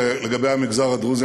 לגבי המגזר הדרוזי,